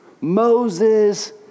Moses